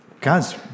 Guys